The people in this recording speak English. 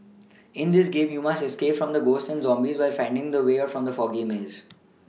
in this game you must escape from the ghosts and zombies while finding the way out from the foggy maze